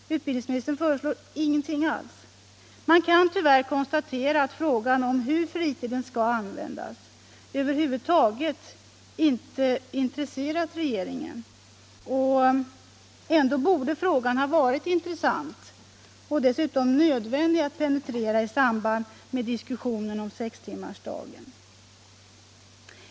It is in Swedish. Utbildningsministern föreslår ingenting alls. Man kan tyvärr konstatera att frågan om hur fritiden skall användas över huvud taget inte intresserat regeringen. Ändå borde frågan ha varit intressant och dessutom nödvändig att penetrera i samband med diskussionen om sextimmarsdagen.